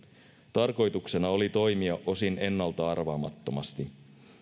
tarkoituksena oli toimia osin ennalta arvaamattomasti